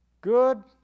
Good